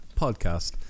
podcast